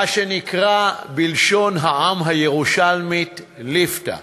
מה שנקרא בלשון העם הירושלמית ליפתא,